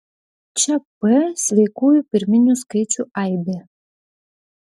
čia p sveikųjų pirminių skaičių aibė